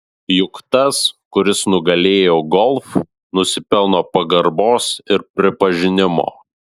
juk tas kuris nugalėjo golf nusipelno pagarbos ir pripažinimo